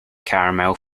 caramel